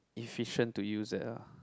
efficient to use that ah